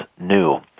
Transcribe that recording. new